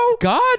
God